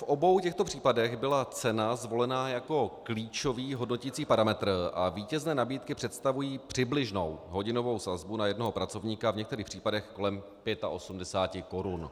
V obou těchto případech byla cena zvolena jako klíčový hodnoticí parametr a vítězné nabídky představují přibližnou hodinovou sazbu na jednoho pracovníka v některých případech kolem 85 korun.